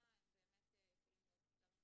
תנועה הם באמת יכולים להיות קצרים.